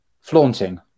flaunting